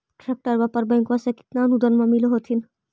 ट्रैक्टरबा पर बैंकबा से कितना अनुदन्मा मिल होत्थिन?